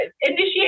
initiate